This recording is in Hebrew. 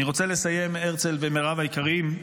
אני רוצה לסיים, הרצל ומירב היקרים,